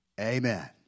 Amen